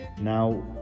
Now